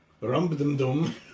rum-dum-dum